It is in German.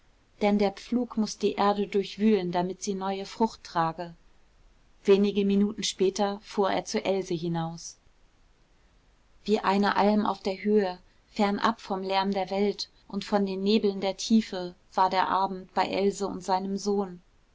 denn der pflug muß die erde durchwühlen damit sie neue frucht trage wenige minuten später fuhr er zu else hinaus wie eine alm auf der höhe fernab vom lärm der welt und von den nebeln der tiefe war der abend bei else und seinem sohn